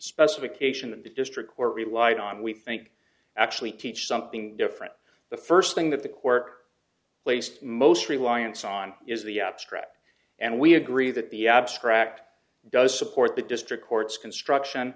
specification of the district court relied on we think actually teach something different the first thing that the quirk placed most reliance on is the abstract and we agree that the abstract does support the district court's construction